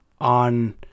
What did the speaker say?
on